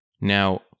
Now